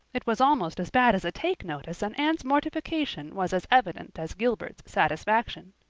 it was almost as bad as a take-notice and anne's mortification was as evident as gilbert's satisfaction.